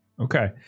Okay